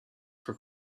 for